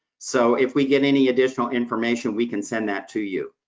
so, if we get any additional information, we can send that to you.